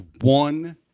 one